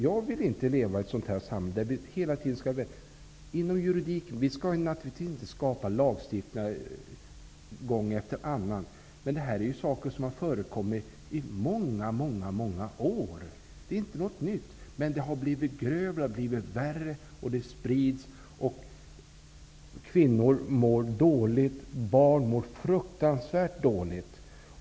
Jag vill inte leva i ett sådant samhälle. Vi skall naturligtvis inte vara för snabba med att stifta lagar, men detta är ju sådant som har förekommit i många år. Det är inte något nytt, men det har blivit grövre och värre, och det sprids. Kvinnor mår dåligt, och barn mår fruktansvärt dåligt.